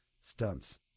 stunts